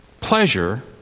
pleasure